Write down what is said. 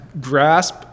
grasp